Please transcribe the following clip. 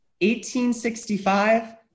1865